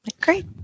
Great